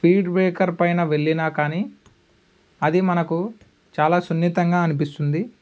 speed breaker పైన వెళ్ళినా కానీ అది మనకు చాలా సున్నితంగా అనిపిస్తుంది